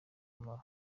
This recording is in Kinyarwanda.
umumaro